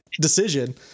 decision